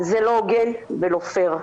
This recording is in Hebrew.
זה לא הוגן ולא פייר.